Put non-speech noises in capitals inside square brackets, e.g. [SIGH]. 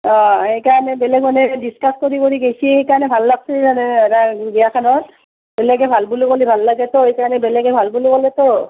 অঁ এইকাৰণে বেলেগ মানুহে ডিছকাছ কৰি কৰি গেইছি সেইকাৰণে ভাল লাগছি [UNINTELLIGIBLE] বিয়াখনত বেলেগে ভাল বুলি ক'লে ভাল লাগেতো সেইকাৰণে বেলেগে ভাল বুলি ক'লেতো